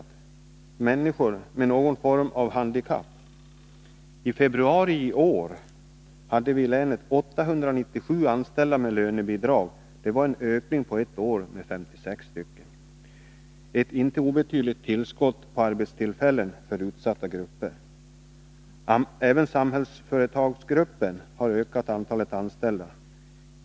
Det är människor med någon form av handikapp. I februari i år hade vi i länet 897 anställda med lönebidrag. Det var en ökning på ett år med 56 personer — ett inte obetydligt tillskott av arbetstillfällen för utsatta grupper. Även Samhällsföretagsgruppen har ökat antalet anställda.